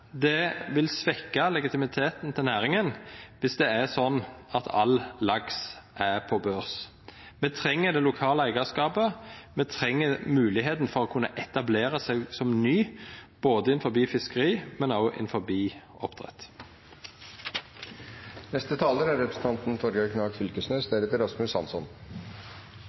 Det vil svekkja legitimiteten til næringa dersom det er slik at all laks er på børs. Me treng det lokale eigarskapet, me treng ei moglegheit til å kunna etablera seg som ny, både innanfor fiskeri og innanfor oppdrett. Først til Pollestad: Eg er veldig einig i mange av vurderingane han har gjort knytt til havbruksfond osv., men